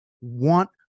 want